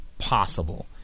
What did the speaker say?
possible